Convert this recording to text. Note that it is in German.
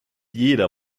jeder